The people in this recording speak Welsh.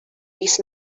fis